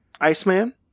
Iceman